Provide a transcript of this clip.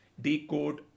decode